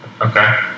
Okay